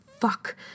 fuck